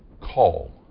call